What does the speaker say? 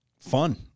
fun